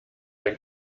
ein